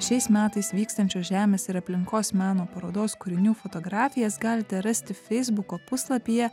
šiais metais vyksiančiuos žemės ir aplinkos meno parodos kūrinių fotografijas galite rasti feisbuko puslapyje